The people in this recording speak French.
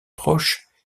proches